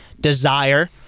desire